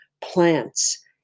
plants